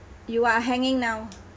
you are hanging now